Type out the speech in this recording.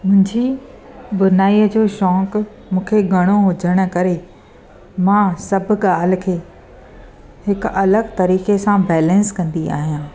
मुंहिंजी बुनाईअ जो शौक़ मूंखे घणो हुजण जे करे मां सभु ॻाल्हि खे हिकु अलॻि तरीक़े सां बैलेंस कंदी आहियां